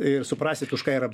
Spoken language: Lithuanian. ir suprasit už ką yra